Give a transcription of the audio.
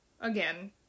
again